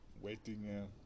waiting